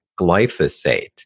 glyphosate